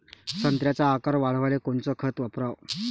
संत्र्याचा आकार वाढवाले कोणतं खत वापराव?